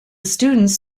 students